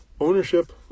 ownership